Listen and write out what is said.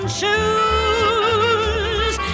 shoes